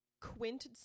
Quint